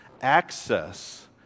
access